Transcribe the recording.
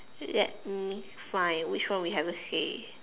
let me find which one we haven't say